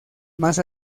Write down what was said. más